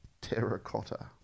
Terracotta